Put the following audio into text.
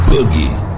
Boogie